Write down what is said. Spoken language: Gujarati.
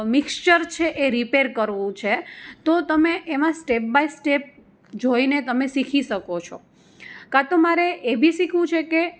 મિક્સ્ચર છે એ રિપેર કરવું છે તો તમે એમાં સ્ટેપ બાય સ્ટેપ જોઈને તમે શીખી શકો છો કાં તો મારે એ બી શીખવું છે કે